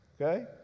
Okay